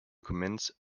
commence